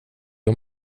och